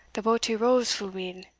the boatie rows fu' weel,